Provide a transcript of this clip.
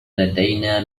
لدينا